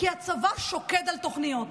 כי הצבא שוקד על תוכניות.